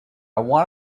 want